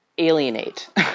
alienate